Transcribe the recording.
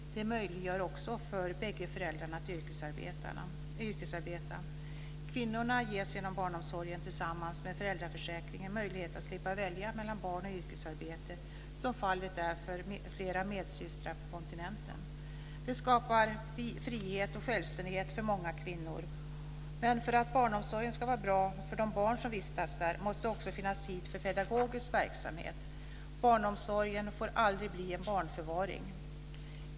Det möjliggör också för bägge föräldrarna att yrkesarbeta. Kvinnorna ges genom barnomsorgen tillsammans med föräldraförsäkringen möjligheter att slippa välja mellan barn och yrkesarbete, som fallet är med flera medsystrar på kontinenten. Det skapar frihet och självständighet för många kvinnor. För att barnomsorgen ska vara bra för de barn som vistas där måste det också finnas tid för pedagogisk verksamhet. Barnomsorgen får aldrig bli en barnförvaring.